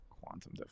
Quantum